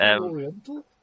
Oriental